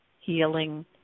healing